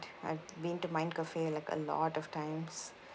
I've been to mind cafe like a lot of times